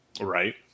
Right